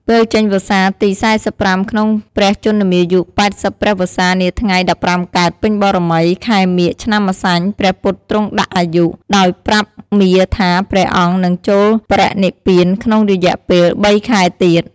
ពេលចេញវស្សាទី ៤៥ ក្នុងព្រះជន្មាយុ ៨០ ព្រះវស្សា នាថ្ងៃ ១៥ កើតពេញបូណ៌មី ខែមាឃ ឆ្នាំម្សាញ់ ព្រះពុទ្ធទ្រង់ដាក់អាយុ ដោយប្រាប់មារថាព្រះអង្គនឹងចូលបរិនិព្វានក្នុងរយៈពេល ៣ ខែទៀត។